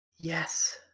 Yes